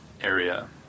area